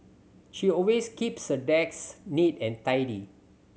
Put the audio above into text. she always keeps her desk neat and tidy